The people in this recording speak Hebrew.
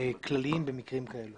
כללים במקרים כאלו.